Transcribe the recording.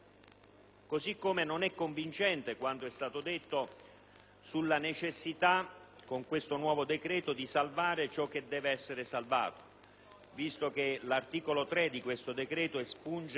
Così come non è convincente quanto è stato detto sulla necessità, con questo nuovo decreto, di salvare ciò che deve essere salvato, visto che l'articolo 3 del questo decreto espunge